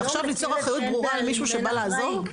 אז עכשיו ליצור אחריות ברורה למישהו שבא לעזור?